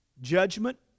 Judgment